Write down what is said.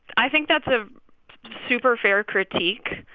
i think that's a super fair critique.